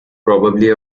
probably